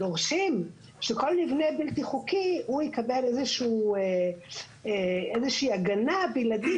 שכל מבנה בלתי חוקי יקבל איזושהי הגנה בלעדית,